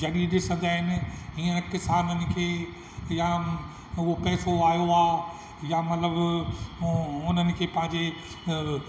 जॾहिं ॾिसंदा आहिनि हींअर किसाननि खे यां उहो पैसो आयो आहे यां मतिलबु उन खे पंहिंजे